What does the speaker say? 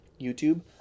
YouTube